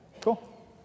Cool